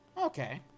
Okay